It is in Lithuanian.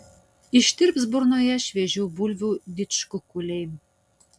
ištirps burnoje šviežių bulvių didžkukuliai